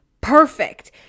perfect